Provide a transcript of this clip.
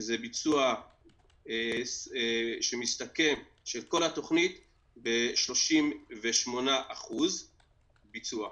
שזה ביצוע של כל התוכנית ב-38% ביצוע.